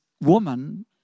woman